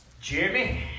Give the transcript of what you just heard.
Jimmy